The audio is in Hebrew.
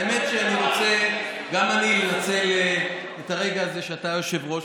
האמת שגם אני רוצה לנצל את הרגע הזה שאתה היושב-ראש,